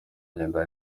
ngenda